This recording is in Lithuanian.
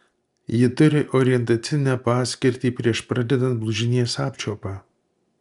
ji turi orientacinę paskirtį prieš pradedant blužnies apčiuopą